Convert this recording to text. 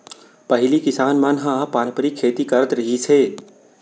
पहिली किसान मन ह पारंपरिक खेती करत रिहिस हे